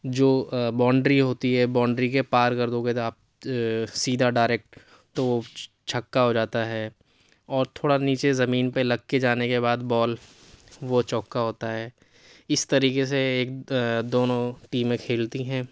جو باونڈری ہوتی ہے باونڈری کے پار کر دو گے تو آپ سیدھا ڈاریکٹ تو چھکا ہو جاتا ہے اور تھوڑا نیچے زمین پہ لگ کے جانے کے بعد بال وہ چوکا ہوتا ہے اِس طریقے سے ایک دونوں ٹیمیں کھیلتی ہیں